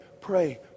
pray